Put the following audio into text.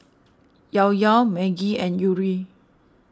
Llao Llao Maggi and Yuri